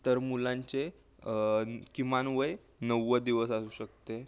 तर मुलांचे किमान वय नव्वद दिवस असू शकते